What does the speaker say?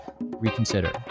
reconsider